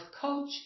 coach